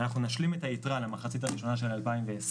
אנחנו נשלים את היתרה למחצית הראשונה של 2021